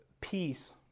peace